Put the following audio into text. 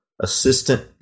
assistant